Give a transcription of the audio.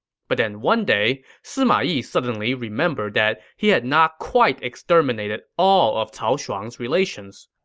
but then one day, sima yi suddenly remembered that he had not quite exterminated all of cao shuang's relations.